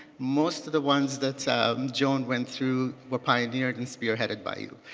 most of the ones that joan went through were pioneered and spearheaded by you.